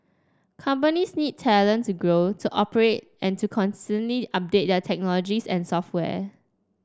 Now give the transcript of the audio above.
companies need talent to grow to operate and to constantly update their technologies and software